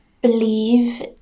believe